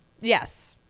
Yes